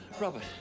Robert